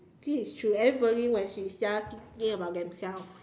this is true everybody wants be self thinking about themselves